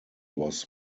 was